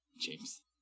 James